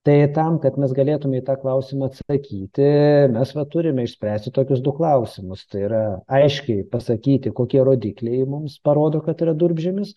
tai tam kad mes galėtume į tą klausimą atsakyti mes va turime išspręsti tokius du klausimus tai yra aiškiai pasakyti kokie rodikliai mums parodo kad yra durpžemis